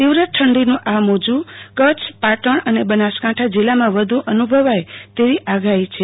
તીવ્ર ઠંડીનું આ મોજૂં કચ્છ પાટણ અને બનાસકાંઠા જિલ્લામાં વધ અનુભવાય તેવી આગાહી છે